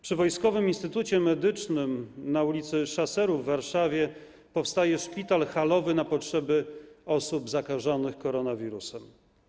Przy Wojskowym Instytucie Medycznym na ul. Szaserów w Warszawie powstaje szpital halowy na potrzeby osób zakażonych koronawirusem.